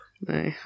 no